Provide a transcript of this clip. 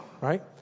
right